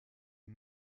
est